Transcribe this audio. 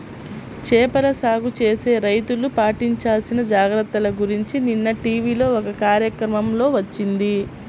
చేపల సాగు చేసే రైతులు పాటించాల్సిన జాగర్తల గురించి నిన్న టీవీలో ఒక కార్యక్రమం వచ్చింది